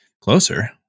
closer